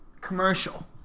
commercial